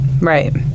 right